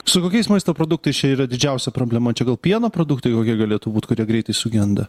su kokiais maisto produktais čia yra didžiausia problema čia gal pieno produktai kokie galėtų būt kurie greitai sugenda